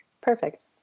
Perfect